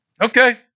Okay